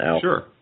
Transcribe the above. Sure